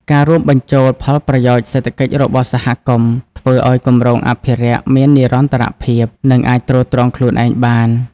ការរួមបញ្ចូលផលប្រយោជន៍សេដ្ឋកិច្ចរបស់សហគមន៍ ធ្វើឱ្យគម្រោងអភិរក្សមាននិរន្តរភាព និងអាចទ្រទ្រង់ខ្លួនឯងបាន។